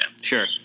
Sure